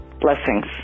Blessings